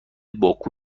باکو